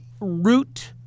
root